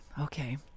Okay